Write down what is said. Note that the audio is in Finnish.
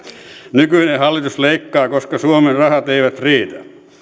nykyinen hallitus leikkaa koska suomen rahat eivät riitä